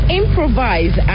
improvise